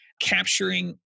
Capturing